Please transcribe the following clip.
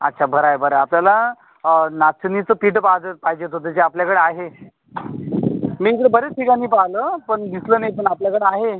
अच्छा बरं आहे बरं आहे आपल्याला नाचणीचं पीठ पाहंजं पाहिजे होतं ते जे आपल्याकडे आहे मी इकडे बरेच ठिकाणी पाहिलं पण दिसलं नाही पण आपल्याकडं आहे